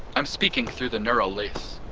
i'm speaking through the neural lace.